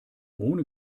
ohne